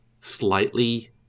slightly